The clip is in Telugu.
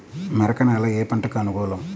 మెరక నేల ఏ పంటకు అనుకూలం?